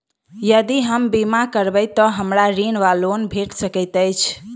यदि हम बीमा करबै तऽ हमरा ऋण वा लोन भेट सकैत अछि?